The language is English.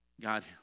God